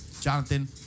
Jonathan